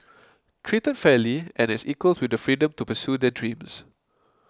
treated fairly and as equals with the freedom to pursue their dreams